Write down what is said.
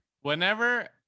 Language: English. whenever